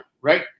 right